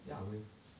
ya waves